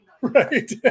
right